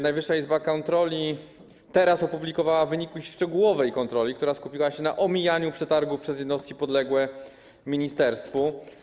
Najwyższa Izba Kontroli opublikowała teraz wyniki szczegółowej kontroli, w której skupiła się na omijaniu przetargów przez jednostki podległe ministerstwu.